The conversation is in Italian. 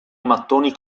mattoni